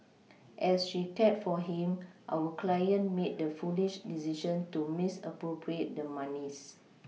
as she cared for him our client made the foolish decision to misappropriate the monies